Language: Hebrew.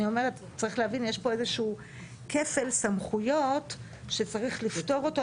צריך להבין שיש פה איזשהו כפל סמכויות שצריך לפתור אותו.